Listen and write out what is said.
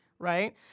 Right